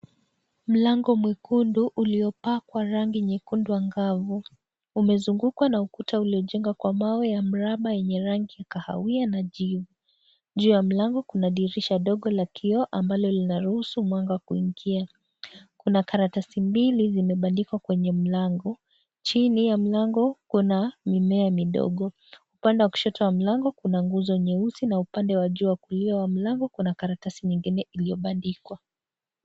Mlango mwekundu ulio pakwa rangi nyekundu angavu umezungukwa na ukuta uliojengwa kwa mawe mraba yenye rangi ya kahawia na jivu, nje ya mlango kuna dirisha dogo la kioo ambalo lina ruhusu mwanga kuingia, kuna karatasi mbili zimebandikwa kwenye mlango, chini ya mlango kuna mimea midogo upande wa kushoto wa mlango kuna nguzo nyeusi na upande wa juu wa kulia kuna karatasi nyingine iliyobandikwa.